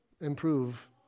improve